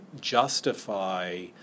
justify